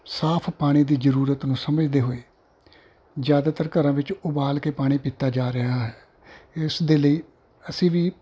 ਸਾਫ਼ ਪਾਣੀ ਦੀ ਜ਼ਰੂਰਤ ਨੂੰ ਸਮਝਦੇ ਹੋਏ ਜ਼ਿਆਦਾਤਰ ਘਰਾਂ ਵਿੱਚ ਉਬਾਲ ਕੇ ਪਾਣੀ ਪੀਤਾ ਜਾ ਰਿਹਾ ਹੈ ਇਸ ਦੇ ਲਈ ਅਸੀਂ ਵੀ